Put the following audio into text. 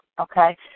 Okay